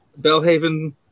Bellhaven